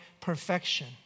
perfection